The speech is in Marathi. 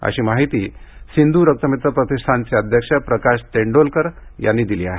अशी माहिती सिंधू रक्तमित्र प्रतिष्ठानचे अध्यक्ष प्रकाश तेंडोलकर यांनी दिली आहे